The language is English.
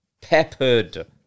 Peppered